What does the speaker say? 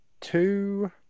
two